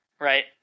right